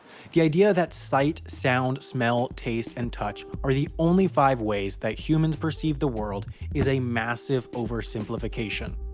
the idea that sight, sound, smell, taste, and touch are the only five ways that humans perceive the world is a massive oversimplification,